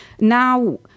Now